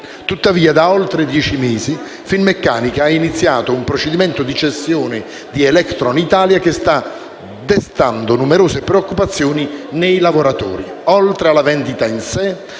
Tuttavia, da oltre dieci mesi, Finmeccanica ha iniziato un procedimento di cessione di Electron Italia che sta destando numerose preoccupazioni nei lavoratori.